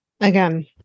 Again